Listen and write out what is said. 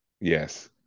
Yes